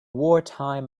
wartime